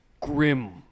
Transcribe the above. grim